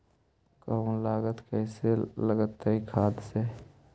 कम लागत कैसे लगतय खाद से?